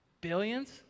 Billions